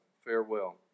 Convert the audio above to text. Farewell